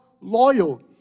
loyal